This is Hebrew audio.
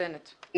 מאוזנת.